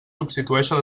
substitueixen